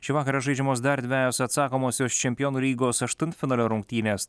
šį vakarą žaidžiamos dar dvejos atsakomosios čempionų lygos aštuntfinalio rungtynės